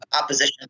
opposition